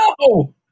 No